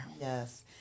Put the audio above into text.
Yes